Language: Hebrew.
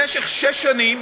במשך שש שנים,